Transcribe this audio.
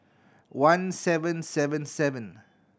one seven seven seven